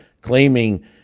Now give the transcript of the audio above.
claiming